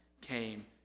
came